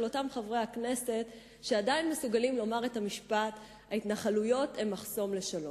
אותם חברי הכנסת שעדיין מסוגלים לומר את המשפט: התנחלויות הן מחסום לשלום.